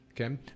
Okay